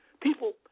People